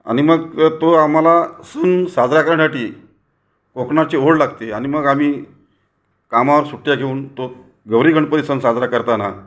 आणि मग तो आम्हाला सण साजरा करण्यासाठी कोकणाची ओढ लागते आणि मग आम्ही कामावर सुट्ट्या घेऊन तो गौरी गणपती सण साजरा करताना